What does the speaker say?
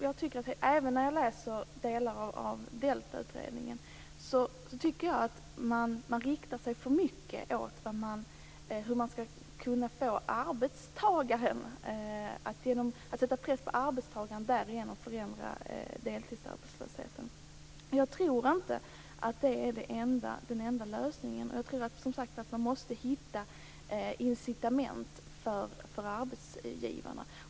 Jag tycker även när jag läser delar av utredningen om deltidsarbetslösheten att man för mycket riktar sig mot hur man skall sätta press på arbetstagaren för att få ned deltidsarbetslösheten. Jag tror inte att det är den enda lösningen, utan jag tror att man måste hitta incitament för arbetsgivarna.